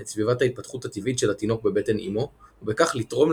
שימוש כרוני באלכוהול, סמים ותרופות מסוימות.